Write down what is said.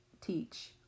teach